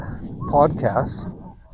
podcast